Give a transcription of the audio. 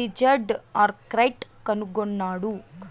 Richard Arkwright కనుగొన్నాడు